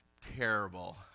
terrible